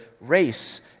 race